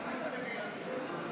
מה אתה מביא לנו את זה?